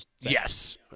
Yes